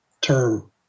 term